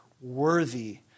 worthy